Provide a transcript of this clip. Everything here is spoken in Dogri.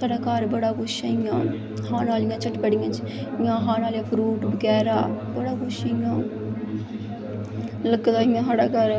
साढ़ै घर बड़ा कुछ होंदा इ'यां खाने आह्लिया चटपटियां इ'यां खाने आह्ले फ्रूट बगैरा बड़ा कुछ होंदा होइया इ'यां लग्गे दा साढ़ै